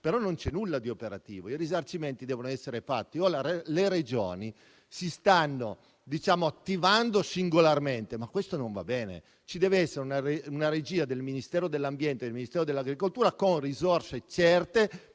però non c'è nulla di operativo: i risarcimenti devono essere fatti. Le Regioni si stanno attivando singolarmente, ma questo non va bene; ci dev'essere una regia del Ministero dell'ambiente e della tutela del territorio e del